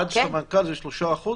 עד סמנכ"ל זה 3%?